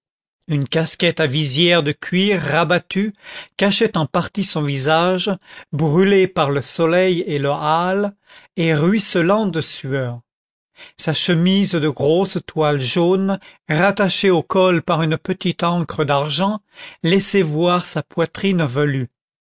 une casquette à visière de cuir rabattue cachait en partie son visage brûlé par le soleil et le hâle et ruisselant de sueur sa chemise de grosse toile jaune rattachée au col par une petite ancre d'argent laissait voir sa poitrine velue